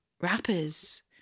Rappers